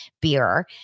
beer